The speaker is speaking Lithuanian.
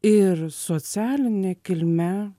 ir socialine kilme